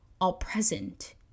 all-present